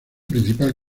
principal